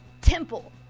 Temple